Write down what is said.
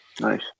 Nice